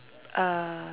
uh